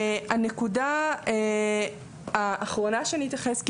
הנקודה האחרונה שאתייחס אליה כאן,